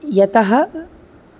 यतः